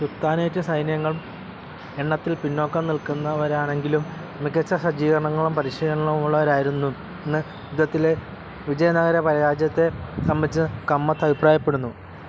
sultanate സൈന്യങ്ങൾ എണ്ണത്തിൽ പിന്നോക്കം നിൽക്കുന്നവരാണെങ്കിലും മികച്ച സജ്ജീകരണങ്ങളും പരിശീലനവുമുള്ളവരായിരുന്നു എന്ന് യുദ്ധത്തിലെ വിജയനഗര പരാജയത്തെ സംബന്ധിച്ച് കമ്മത്ത് അഭിപ്രായപ്പെടുന്നു